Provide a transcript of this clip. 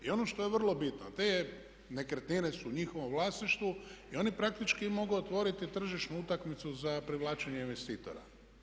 I ono što je vrlo bitno, te nekretnine su u njihovom vlasništvu i oni praktički mogu otvoriti tržišnu utakmicu za privlačenje investitora.